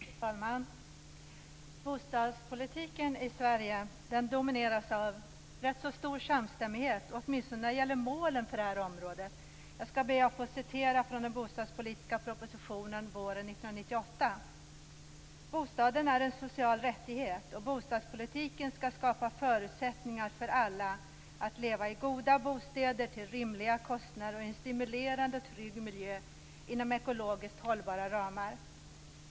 Fru talman! Bostadspolitiken i Sverige domineras av en rätt så stor samstämmighet, åtminstone när det gäller målen för detta område. Jag skall be att få citera ur den bostadspolitiska propositionen våren 1998: "Bostaden är en social rättighet och bostadspolitiken skall skapa förutsättningar för alla att leva i goda bostäder till rimliga kostnader och i en stimulerande och trygg miljö inom ekologiskt hållbara ramar.